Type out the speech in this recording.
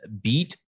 beat